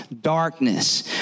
darkness